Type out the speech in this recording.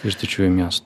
iš didžiųjų miestų